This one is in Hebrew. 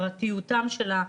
בפרטיותם של הסטודנטים.